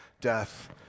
death